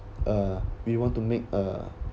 uh we want to make uh